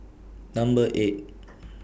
Number eight